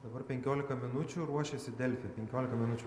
dabar penkiolika minučių ruošiasi delfi penkiolika minučių